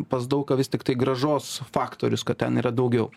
pas daug ką vis tiktai grąžos faktorius kad ten yra daugiau